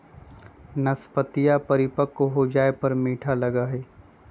नाशपतीया परिपक्व हो जाये पर मीठा लगा हई